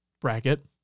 bracket